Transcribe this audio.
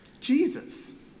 Jesus